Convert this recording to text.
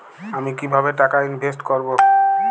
আমি কিভাবে টাকা ইনভেস্ট করব?